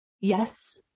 yes